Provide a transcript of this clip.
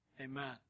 amen